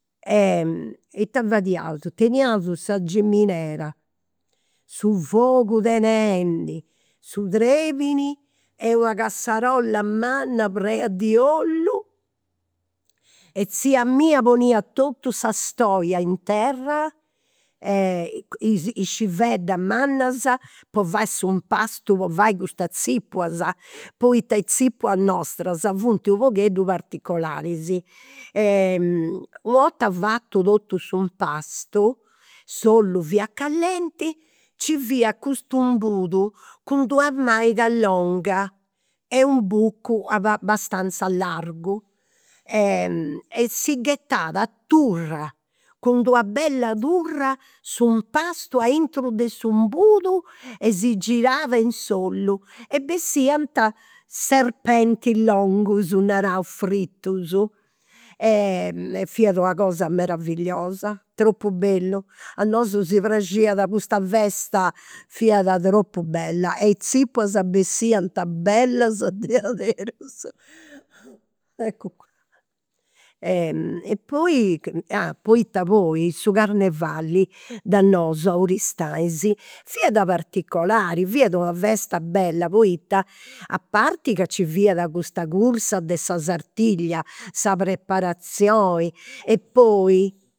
E ita fadiaus, teniaus sa giminera, su fogu tenendi, su trebini, una cassarolla manna prena di ollu e tzia mia poniat totu sa stoia in terra is civeddas mannas po fai s'impastu po fai custas zipulas, poita is zipulas nostras funt u' pogheddu particularis. U' 'orta fatu totu s'impastu, s'ollu fiat callenti, nci fiat custu imbudu cun d'una maniga longa e unu bucu abbastanza largu e si ghetat a turra, cun d'una bella turra s'impastu aintru de s'imbudu e si girat in s'ollu e bessiant serpentis longus naraus, fritus. Fiat una cosa meravilliosa, tropu bellu. A nosu si praxiat custa festa, fiat tropu bella e is zipulas bessiant bellas diaderus. Eccu qua. E poi, poita poi su carnevali da nosu, a Aristanis, fiat particolari, fiat una festa bella poita, a parti fiat custa cursa de sa sartiglia, sa preparazioni e poi